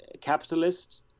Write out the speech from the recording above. capitalist